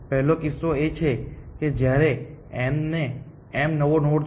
પહેલો કિસ્સો એ છે કે જ્યારે m નવો નોડ છે